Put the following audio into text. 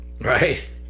right